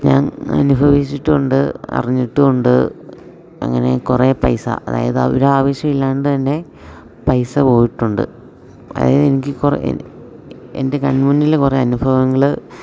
ഞാൻ അനുഭവിച്ചിട്ടുണ്ട് അറിഞ്ഞിട്ടുമുണ്ട് അങ്ങനെ കുറേ പൈസ അതായത് ഒരാവിശ്യവുമില്ലാണ്ട് തന്നെ പൈസ പോയിട്ടുണ്ട് അതായത് എനിക്ക് എൻ്റെ കണ്മുന്നിൽ കുറേ അനുഭവങ്ങൾ